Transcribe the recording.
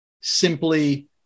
simply